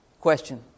question